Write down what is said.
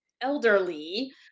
elderly